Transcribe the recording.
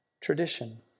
tradition